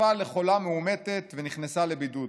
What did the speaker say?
נחשפה לחולה מאומתת ונכנסה לבידוד.